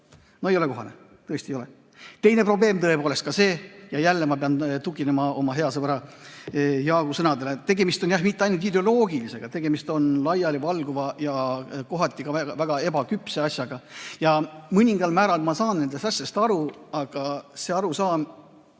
No ei ole kohane, tõesti ei ole. Teine probleem on see – ja jälle ma pean tuginema oma hea sõbra Jaagu sõnadele –, et tegemist on jah mitte ainult ideoloogilise, vaid ka laialivalguva ja kohati väga ebaküpse asjaga. Mõningal määral ma saan nendest asjadest aru, aga see arusaam